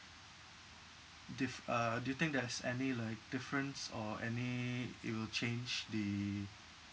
diff~ uh do you think there's any like difference or any it will change the